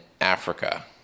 Africa